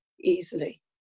easily